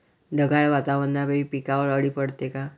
ढगाळ वातावरनापाई पिकावर अळी पडते का?